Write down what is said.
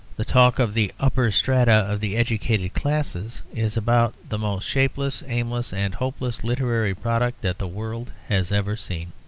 the talk of the upper strata of the educated classes is about the most shapeless, aimless, and hopeless literary product that the world has ever seen.